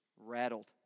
rattled